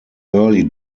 early